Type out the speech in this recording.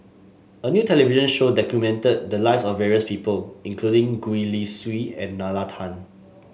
a new television show documented the lives of various people including Gwee Li Sui and Nalla Tan